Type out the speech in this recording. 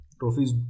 trophies